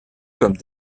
comme